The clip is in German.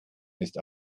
ist